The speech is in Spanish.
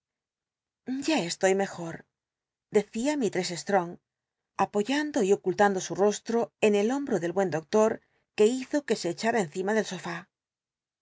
ya estoy mejor decía mislt yando y ocultando su rostro en el hombro del buen doclot que hizo que se echara encima del sofá